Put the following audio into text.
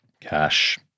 cash